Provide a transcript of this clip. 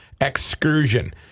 excursion